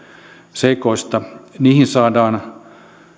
seikoista niihin saadaan